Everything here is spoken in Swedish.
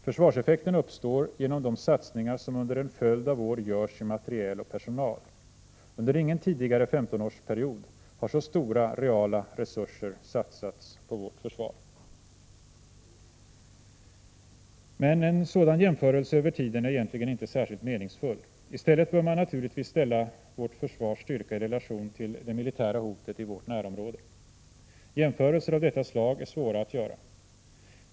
Försvarseffekten uppstår genom de satsningar som under en följd av år görs i materiel och personal. Under ingen tidigare 15-årsperiod har så stora reala resurser satsats på vårt försvar. Men en sådan jämförelse över tiden är egentligen inte särskilt meningsfull. I stället bör man naturligtvis ställa vårt försvars styrka i relation till det militära hotet i vårt närområde. Jämförelser av detta slag är svåra att göra.